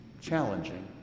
challenging